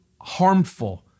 harmful